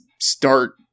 start